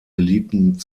geliebten